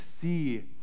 see